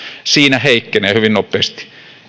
siinä heikkenee hyvin nopeasti